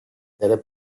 delle